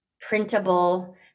printable